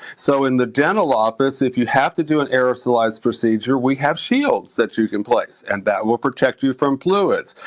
so in the dental office, if you have to do an aerosolized procedure we have shields that you can place, and that will protect you from fluids.